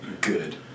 good